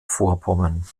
vorpommern